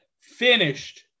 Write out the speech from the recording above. finished